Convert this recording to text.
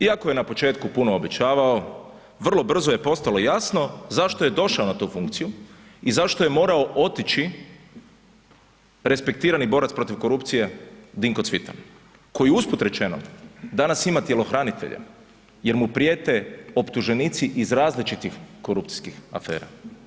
Iako je na početku puno obećavao vrlo brzo je postalo jasno zašto je došao na tu funkciju i zašto je morao otići respektirani borac protiv korupcije Dinko Cvitan, koji usput rečeno danas ima tjelohranitelje jer mu prijete optuženici iz različitih korupcijskih afera.